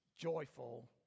joyful